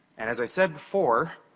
and as i said before,